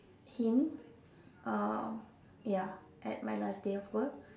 him um ya at my last day of work